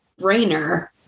brainer